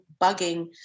bugging